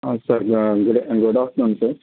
sir yeah good good afternoon sir